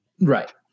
right